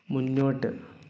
മുന്നോട്ട്